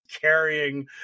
carrying